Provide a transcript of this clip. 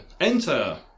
Enter